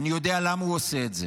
אני יודע למה הוא עושה את זה: